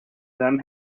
them